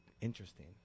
interesting